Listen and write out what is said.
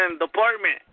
department